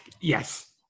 Yes